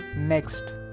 next